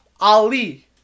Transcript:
Ali